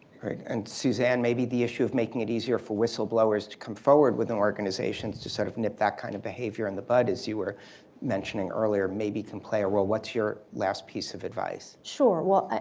and suzanne may be the issue of making it easier for whistleblowers to come forward within organizations to sort of nip that kind of behavior in the bud as you were mentioning earlier, maybe can play a role. what's your last piece of advice? sure. well,